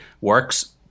works